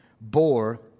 bore